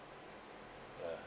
ya